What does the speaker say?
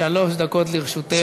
שלוש דקות לרשותך.